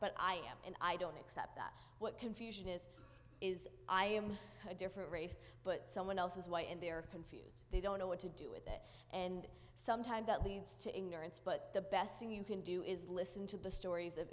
but i am and i don't accept that what confusion is is i am a different race but someone else is white and they're confused they don't know what to do with it and sometimes that leads to ignorance but the best thing you can do is listen to the stories of